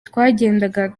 twagendaga